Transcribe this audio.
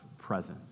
presence